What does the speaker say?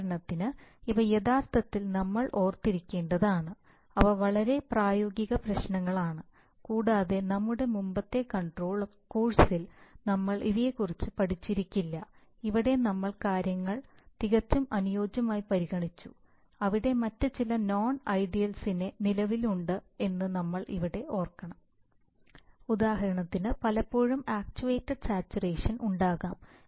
ഉദാഹരണത്തിന് ഇവ യഥാർത്ഥത്തിൽ നമ്മൾ ഓർത്തിരിക്കേണ്ടതാണ് അവ വളരെ പ്രായോഗിക പ്രശ്നങ്ങളാണ് കൂടാതെ നമ്മുടെ മുമ്പത്തെ കൺട്രോൾ കോഴ്സിൽ നമ്മൾ ഇവയെക്കുറിച്ച് പഠിച്ചിരിക്കില്ല അവിടെ നമ്മൾ കാര്യങ്ങളെ തികച്ചും അനുയോജ്യമായി പരിഗണിച്ചു എന്നാൽ മറ്റ് ചില നോൺ ഐഡിയ ലിനെസ് നിലവിലുണ്ട് എന്ന് നമ്മൾ ഇവിടെ ഓർക്കണം കാണുക സ്ലൈഡ് സമയം 2141 ഉദാഹരണത്തിന് പലപ്പോഴും ആക്ച്യുവേറ്റഡ് സാച്ചുറേഷൻ ഉണ്ടാകാം